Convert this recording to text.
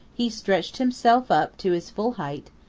he stretched himself up to his full height,